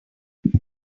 until